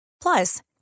Plus